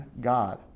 God